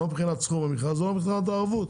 לא מבחינת סכום המכרז ולא מבחינת הערבות.